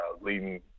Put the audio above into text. leading